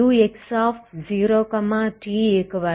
ஆகவே ux0t0